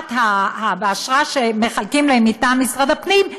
באשרה שמחלקים להם מטעם משרד הפנים,